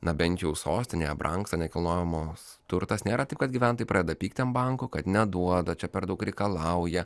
na bent jau sostinėje brangsta nekilnojamas turtas nėra taip kad gyventojai pradeda pykti ant banko kad neduoda čia per daug reikalauja